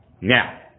Now